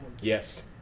Yes